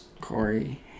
Corey